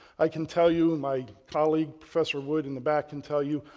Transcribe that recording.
i can tell you and my colleague professor wood in the back can tell you,